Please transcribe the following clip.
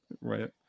Right